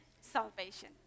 salvation